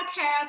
Podcast